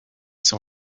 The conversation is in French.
son